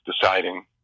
deciding